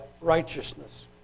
righteousness